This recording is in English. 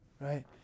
Right